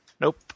Nope